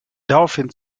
daraufhin